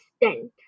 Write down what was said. extent